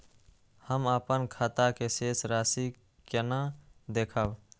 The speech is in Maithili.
हम अपन खाता के शेष राशि केना देखब?